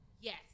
Yes